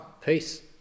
peace